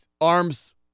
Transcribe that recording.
arms